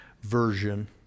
version